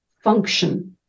function